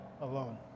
alone